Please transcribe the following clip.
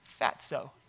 Fatso